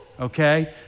Okay